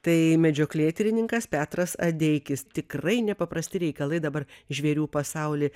tai medžioklėtyrininkas petras adeikis tikrai nepaprasti reikalai dabar žvėrių pasauly